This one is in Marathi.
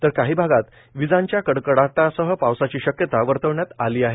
तर काही भागात विजांच्या कडकडाटासह पावसाची शक्यता वर्तविण्यात आली आहे